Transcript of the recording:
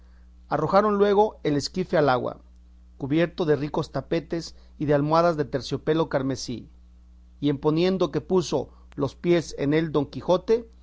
arrojaron luego el esquife al agua cubierto de ricos tapetes y de almohadas de terciopelo carmesí y en poniendo que puso los pies en él don quijote